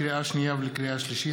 לקריאה שנייה ולקריאה שלישית,